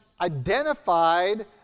identified